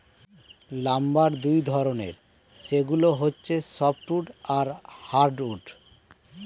lumber দুই ধরনের, সেগুলো হচ্ছে সফ্ট উড আর হার্ড উড